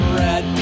red